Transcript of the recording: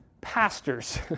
pastors